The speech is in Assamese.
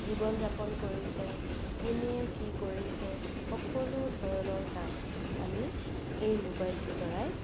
জীৱন যাপন কৰিছে কোনে কি কৰিছে সকলো ধৰণৰ কাম আমি এই মোবাইলটোৰ দ্বাৰাই